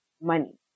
money